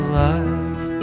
life